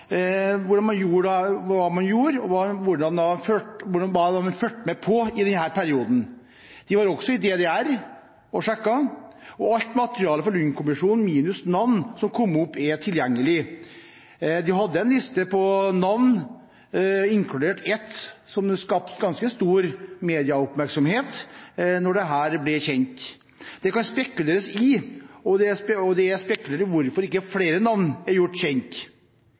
hva man gjorde, og hva man fulgte med på i denne perioden. De var også i DDR og sjekket, og alt materiale fra Lund-kommisjonen, minus navn som kom opp, er tilgjengelig. De hadde en liste med navn, inkludert ett som skapte ganske stor medieoppmerksomhet da dette ble kjent. Det kan spekuleres på, og det er spekulert på, hvorfor ikke flere navn er gjort kjent.